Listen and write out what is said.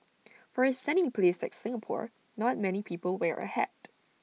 for A sunny place like Singapore not many people wear A hat